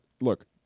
look